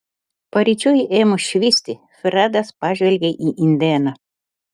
paryčiui ėmus švisti fredas pažvelgė į indėną